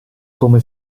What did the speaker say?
come